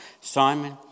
Simon